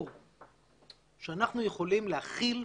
שאנחנו יכולים להכיל,